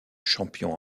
champion